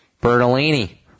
Bertolini